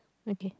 okay